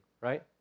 right